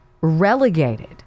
relegated